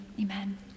amen